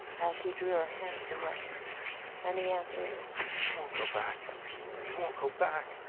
as she drew her hands away and he answered you won't go back you won't go back?